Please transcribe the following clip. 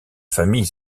famille